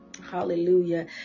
Hallelujah